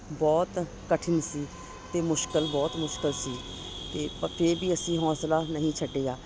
ਬਹੁਤ ਕਠਿਨ ਸੀ ਅਤੇ ਮੁਸ਼ਕਲ ਬਹੁਤ ਮੁਸ਼ਕਲ ਸੀ ਅਤੇ ਫੇਰ ਵੀ ਅਸੀਂ ਹੌਸਲਾ ਨਹੀਂ ਛੱਡਿਆ